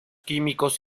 químicos